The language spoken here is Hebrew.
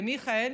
מיכאל,